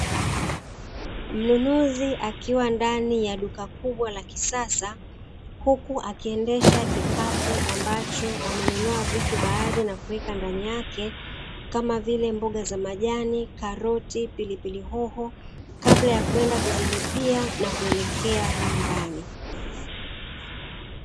Mnunuzi akiwa ndani ya duka kubwa la kisasa huku akiendesha kikapu ambacho amenunua vitu baadhi na kuweka ndani yake kama vile mboga za majani, karoti, pilipili hoho kabla ya kwenda kuzilipia na kuelekea nyumbani.